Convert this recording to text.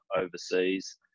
overseas